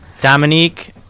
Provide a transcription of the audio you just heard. Dominique